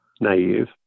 naive